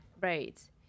right